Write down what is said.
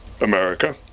America